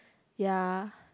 ya